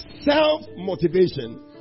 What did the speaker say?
self-motivation